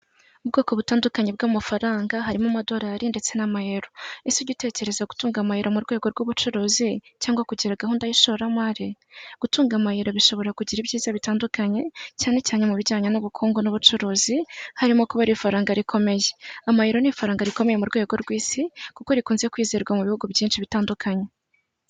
Mu bwoko butandukanye bw'amafaranga harimo amadolari ndetse n'amayero ese ujye utekereza gutunga amayira mu rwego rw'ubucuruzi cyangwa kugira gahunda y'ishoramari, gutunga amayira bishobora kugira ibyiza bitandukanye cyane cyane mu bijyanye n'ubukungu n'ubucuruzi harimo kuba ari ifaranga rikomeye. Amayero n'ifaranga rikomeye mu rwego rw'isi kuko rikunze kwizerwa mu bihugu byinshi bitandukanye.